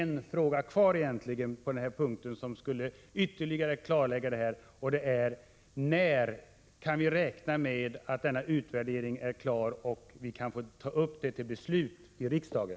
Nu är det egentligen bara en fråga kvar som skulle behöva klarläggas: När kan vi räkna med att denna utvärdering är klar och vi får ta upp frågan till beslut i riksdagen?